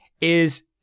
is-